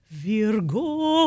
virgo